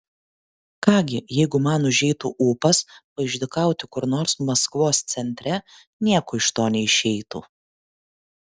ką gi jeigu man užeitų ūpas paišdykauti kur nors maskvos centre nieko iš to neišeitų